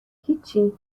هیچی